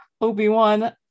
Obi-Wan